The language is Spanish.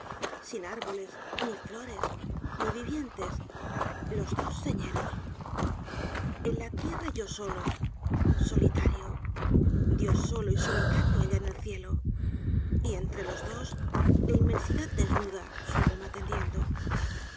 sin árboles ni flores ni vivientes i los dos señeros j en la tierra yo solo solitario dios solo y solitario allá en el cielo y entre los dos la inmensidad desnuda su alma tendiendo